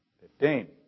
Fifteen